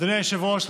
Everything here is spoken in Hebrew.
אדוני היושב-ראש,